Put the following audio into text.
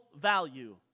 value